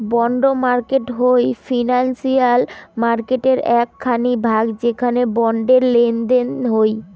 bond market হই financial মার্কেটের এক খানি ভাগ যেখানে বন্ডের লেনদেন হই